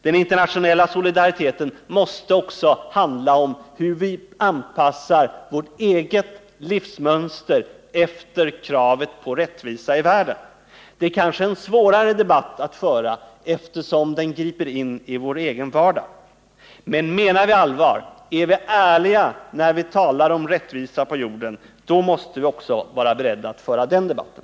Den internationella solidariteten måste också handla om hur vi anpassar vårt eget livsmönster efter kravet på rättvisa i världen. Det är kanske en svårare debatt att föra, eftersom den griper in i vår egen vardag. Men om vi menar allvar, om vi är ärliga, när vi talar om rättvisa på jorden, då måste vi också vara beredda på att föra den debatten.